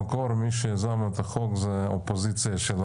מי שיזם את החוק במקור זה האופוזיציה של היום,